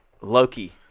Loki